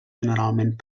generalment